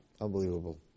Unbelievable